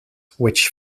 which